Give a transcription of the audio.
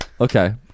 okay